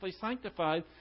sanctified